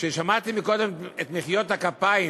כששמעתי קודם את מחיאות הכפיים